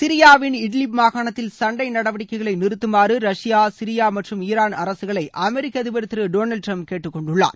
சிரியாவின் இட்லிப் மாகாணத்தில் சண்டை நடவடிக்கைகளை நிறுத்தமாறு ரஷ்யா சிரியா மற்றும் ஈரான் அரசுகளை அமெரிக்க அதிபர் திரு டொனாவ்டு டிரம்ப் கேட்டுக்கொண்டுள்ளார்